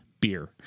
beer